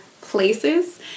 places